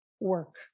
work